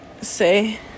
say